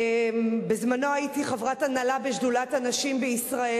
בזמני הייתי חברת הנהלה בשדולת הנשים בישראל,